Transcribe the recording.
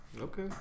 Okay